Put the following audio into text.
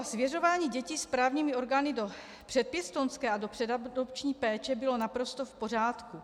Svěřování dětí správními orgány do předpěstounské a do předadopční péče bylo naprosto v pořádku.